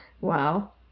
Wow